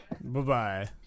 Bye-bye